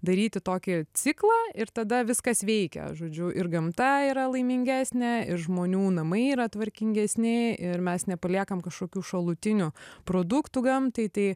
daryti tokį ciklą ir tada viskas veikia žodžiu ir gamta yra laimingesnė ir žmonių namai yra tvarkingesni ir mes nepaliekam kažkokių šalutinių produktų gamtai tai